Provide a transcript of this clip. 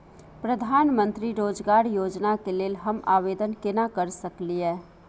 प्रधानमंत्री रोजगार योजना के लेल हम आवेदन केना कर सकलियै?